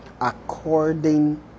according